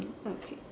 okay